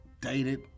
dated